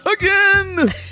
again